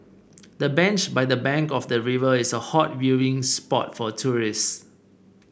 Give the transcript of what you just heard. the bench by the bank of the river is a hot viewing spot for tourists